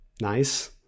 nice